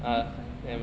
米粉 meh